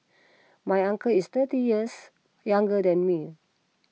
my uncle is thirty years younger than me